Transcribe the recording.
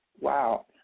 wow